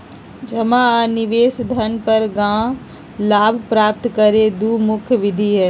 जमा आ निवेश धन पर लाभ प्राप्त करे के दु मुख्य विधि हइ